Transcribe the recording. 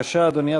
בבקשה, אדוני.